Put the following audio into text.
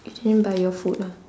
you didn't buy your food lah